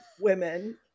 women